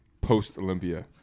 post-Olympia